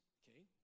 okay